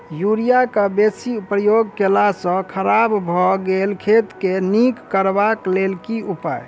Urea केँ बेसी प्रयोग केला सऽ खराब भऽ गेल खेत केँ नीक करबाक लेल की उपाय?